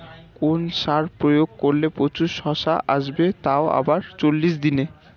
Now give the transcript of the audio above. কোন সার প্রয়োগ করলে প্রচুর শশা আসবে তাও আবার চল্লিশ দিনে?